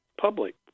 public